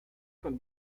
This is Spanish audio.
con